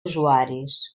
usuaris